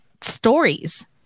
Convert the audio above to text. stories